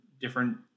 different